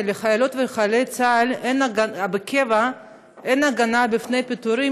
שלחיילות וחיילי צה"ל בקבע אין הגנה מפני פיטורים